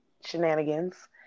shenanigans